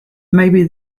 maybe